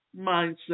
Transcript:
mindset